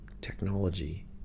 technology